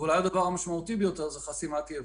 ואולי הדבר המשמעותי ביותר הוא חסימת ייבוא.